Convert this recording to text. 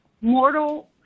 mortal